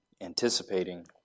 anticipating